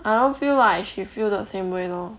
I don't feel like she feel the same way lor